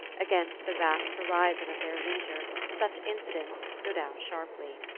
against the vast horizon of their leisure such incidents stood out sharply.